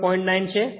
9 છે